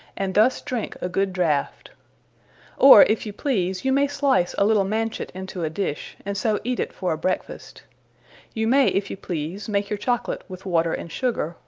and thus drinke a good draught or if you please you may slice a little manchet into a dish, and so eate it for a breakfast you may if you please make your chocolate with water and sugar,